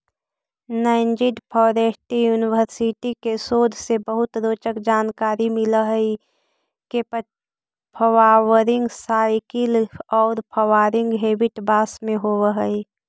Nanjing forestry university के शोध से बहुत रोचक जानकारी मिल हई के फ्वावरिंग साइकिल औउर फ्लावरिंग हेबिट बास में होव हई